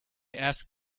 asked